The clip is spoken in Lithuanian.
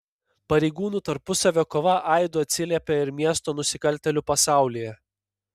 pareigūnų tarpusavio kova aidu atsiliepė ir miesto nusikaltėlių pasaulyje